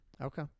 okay